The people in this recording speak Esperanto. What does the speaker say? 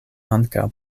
ankaŭ